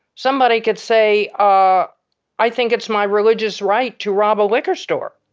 somebody could say, ah i think it's my religious right to rob a liquor store.